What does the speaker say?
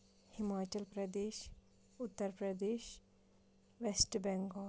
Himachal Pradesh Uttar Pradesh West Bengal